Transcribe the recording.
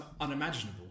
unimaginable